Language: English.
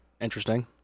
Interesting